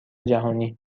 جهانی